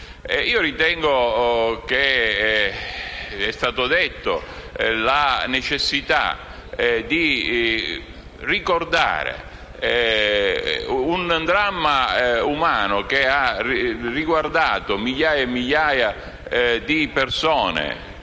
Ritengo che, come è stato detto, la decisione di ricordare un dramma umano, che ha riguardato migliaia e migliaia di persone